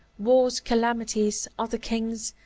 wars, calamities, other kings,